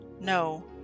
No